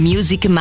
Music